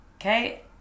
Okay